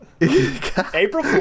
April